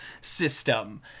system